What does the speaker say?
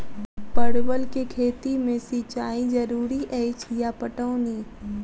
परवल केँ खेती मे सिंचाई जरूरी अछि या पटौनी?